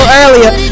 earlier